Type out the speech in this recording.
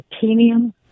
titanium